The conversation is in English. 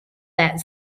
that